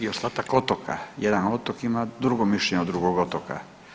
I ostatak otoka, jedan otok ima drugo mišljenje od drugog otoka.